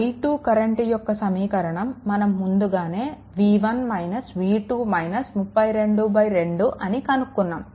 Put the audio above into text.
i2 current యొక్క సమీకరణం మనం ముందుగానే 2 అని కనుక్కున్నాము